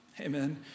Amen